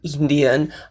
Indian